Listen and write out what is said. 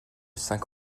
cinq